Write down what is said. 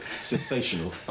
Sensational